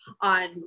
on